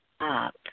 up